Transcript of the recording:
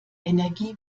energie